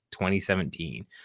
2017